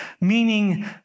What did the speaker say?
meaning